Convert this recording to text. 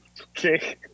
Okay